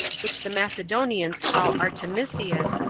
which the macedonians call artemisius,